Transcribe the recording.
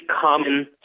common